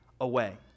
away